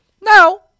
Now